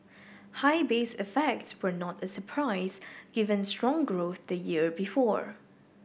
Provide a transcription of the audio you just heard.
high base effects were not a surprise given strong growth the year before